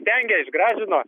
dengė išgražino